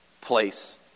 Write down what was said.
place